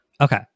okay